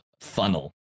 funnel